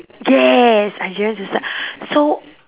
yes I just so